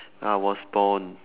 I was born